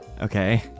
Okay